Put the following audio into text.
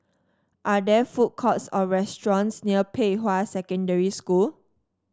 are there food courts or restaurants near Pei Hwa Secondary School